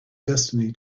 destiny